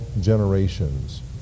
generations